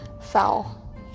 Foul